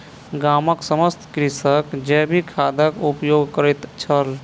गामक समस्त कृषक जैविक खादक उपयोग करैत छल